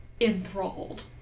enthralled